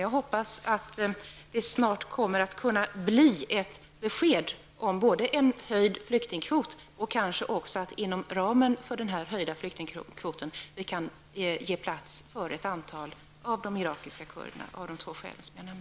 Jag hoppas att vi snart skall kunna få ett besked både om en höjd flyktingkvot och om att det inom ramen för denna höjda flyktingkvot skall kunna ges plats för ett antal av de irakiska kurderna, av de två skäl som jag nämnt.